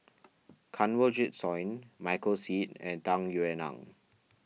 Kanwaljit Soin Michael Seet and Tung Yue Nang